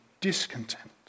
discontent